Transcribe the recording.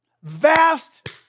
Vast